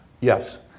Yes